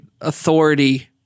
authority